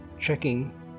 checking